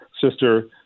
sister